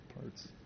parts